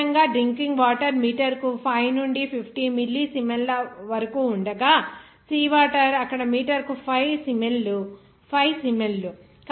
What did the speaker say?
సాధారణంగా drinking water మీటరుకు 5 నుండి 50 మిల్లీసీమెన్ల వరకు ఉండగా సీ వాటర్ అక్కడ మీటరుకు 5 సిమెన్లు